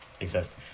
exist